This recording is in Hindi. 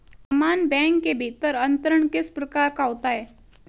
समान बैंक के भीतर अंतरण किस प्रकार का होता है?